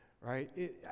Right